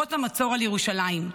חומות המצור על ירושלים.